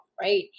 right